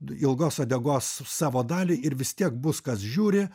ilgos uodegos savo dalį ir vis tiek bus kas žiūri